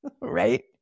right